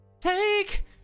take